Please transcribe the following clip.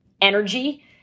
energy